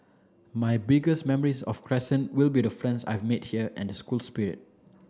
my biggest memories of Crescent will be the friends I've made here and the school spirit